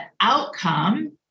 outcome